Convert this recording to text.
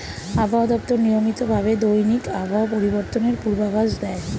আবহাওয়া দপ্তর নিয়মিত ভাবে দৈনিক আবহাওয়া পরিবর্তনের পূর্বাভাস দেয়